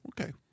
Okay